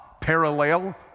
parallel